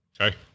Okay